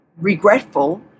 regretful